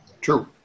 True